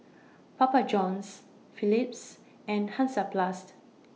Papa Johns Philips and Hansaplast